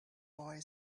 boy